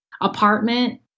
apartment